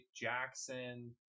Jackson